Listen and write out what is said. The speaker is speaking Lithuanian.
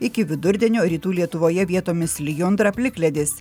iki vidurdienio rytų lietuvoje vietomis lijundra plikledis